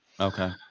Okay